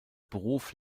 beruf